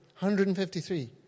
153